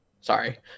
Sorry